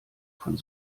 von